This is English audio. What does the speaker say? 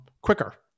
quicker